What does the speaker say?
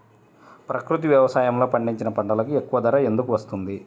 ప్రకృతి వ్యవసాయములో పండించిన పంటలకు ఎక్కువ ధర ఎందుకు వస్తుంది?